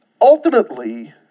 Ultimately